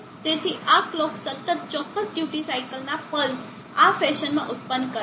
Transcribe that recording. તેથી આ કલોક સતત ચોક્કસ ડ્યુટી સાઇકલના પલ્સ આ ફેશનમાં ઉત્પન્ન કરે છે